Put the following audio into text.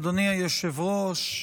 אדוני היושב-ראש,